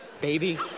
baby